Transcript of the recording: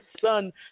Son